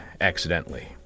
accidentally